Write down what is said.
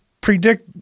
predict